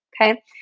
Okay